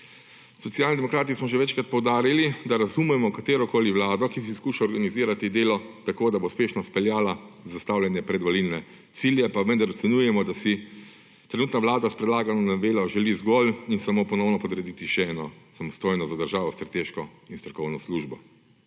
Socialni demokrati smo že večkrat poudarili, da razumemo katerokoli Vlado, ki si skuša organizirati delo tako, da bo uspešno izpeljala zastavljene predvolilne cilje. Pa vendar ocenjujemo, da si trenutna Vlada s predlagano novelo želi zgolj in samo ponovno podrediti še eno, za državo strateško in strokovno službo.